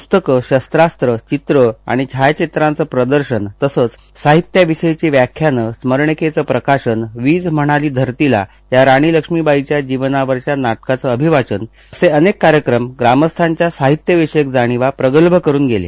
पुस्तकं शस्त्रास्त्रं चित्रं आणि छायाचित्रांचं प्रदर्शन तसंच साहित्याविषयीची व्याख्यानं स्मरणिकेचं प्रकाशन वीज म्हणाली धरतीला या राणी लक्ष्मीबाईच्या जीवनावरच्या नाटकाचं अभिवाचन असे अनेक कार्यक्रम ग्रामस्थांच्या साहित्यविषयक जाणिवा प्रगल्भ करून गेले